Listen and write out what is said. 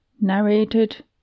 Narrated